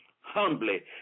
humbly